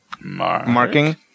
Marking